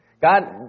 God